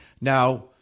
Now